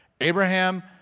Abraham